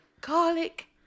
garlic